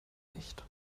nicht